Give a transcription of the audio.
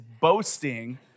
boasting